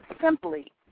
simply